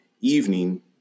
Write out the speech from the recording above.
evening